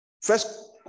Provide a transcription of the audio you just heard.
First